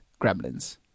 gremlins